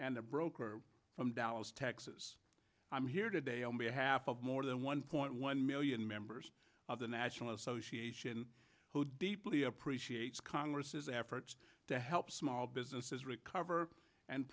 and a broker from dallas texas i'm here today on behalf of more than one point one million members of the national association who deeply appreciates congress efforts to help small